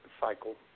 cycle